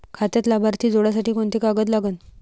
खात्यात लाभार्थी जोडासाठी कोंते कागद लागन?